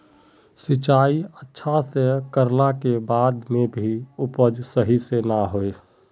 सिंचाई अच्छा से कर ला के बाद में भी उपज सही से ना होय?